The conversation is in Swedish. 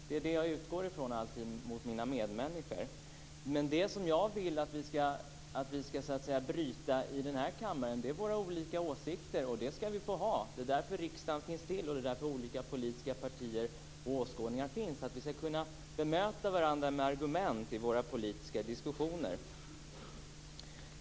Det är det jag alltid utgår från mot mina medmänniskor. Det som jag vill att vi ska bryta i den här kammaren är våra olika åsikter, och dem ska vi få ha. Det är därför riksdagen finns till, och det är därför olika politiska partier och åskådningar finns, så att vi ska kunna bemöta varandra med argument i våra politiska diskussioner.